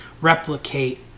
replicate